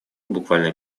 буквально